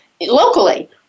locally